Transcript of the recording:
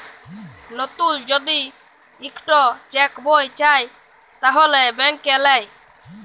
লতুল যদি ইকট চ্যাক বই চায় তাহলে ব্যাংকে লেই